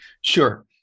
Sure